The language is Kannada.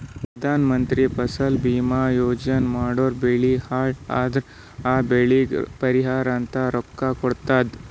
ಪ್ರಧಾನ ಮಂತ್ರಿ ಫಸಲ ಭೀಮಾ ಯೋಜನಾ ಮಾಡುರ್ ಬೆಳಿ ಹಾಳ್ ಅದುರ್ ಆ ಬೆಳಿಗ್ ಪರಿಹಾರ ಅಂತ ರೊಕ್ಕಾ ಕೊಡ್ತುದ್